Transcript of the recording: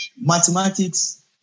mathematics